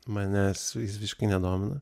manęs jis visiškai nedomina